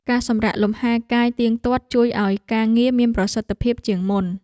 ការសម្រាកលំហែកាយទៀងទាត់ ជួយឱ្យការងារមានប្រសិទ្ធភាពជាងមុន។